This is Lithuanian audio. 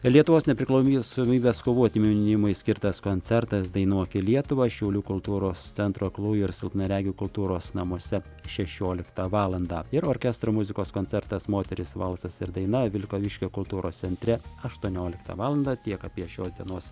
lietuvos nepriklausomybės kovų atminimui skirtas koncertas dainuoki lietuvą šiaulių kultūros centro aklųjų ir silpnaregių kultūros namuose šešioliktą valandą ir orkestro muzikos koncertas moterys valsas ir daina vilkaviškio kultūros centre aštuonioliktą valandą tiek apie šios dienos